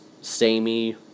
samey